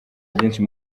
byinshi